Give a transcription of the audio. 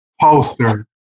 poster